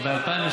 אבל לא רק.